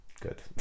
good